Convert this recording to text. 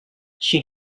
she